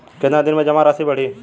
कितना दिन में जमा राशि बढ़ी?